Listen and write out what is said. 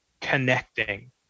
connecting